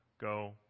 go